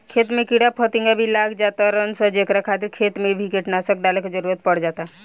खेत में कीड़ा फतिंगा भी लाग जातार सन जेकरा खातिर खेत मे भी कीटनाशक डाले के जरुरत पड़ जाता